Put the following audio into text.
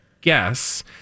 guess